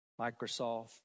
Microsoft